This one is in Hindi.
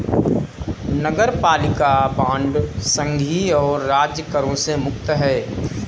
नगरपालिका बांड संघीय और राज्य करों से मुक्त हैं